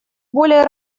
более